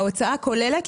ההוצאה הכוללת,